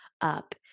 up